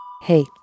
Hey